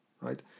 right